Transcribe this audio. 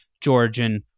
Georgian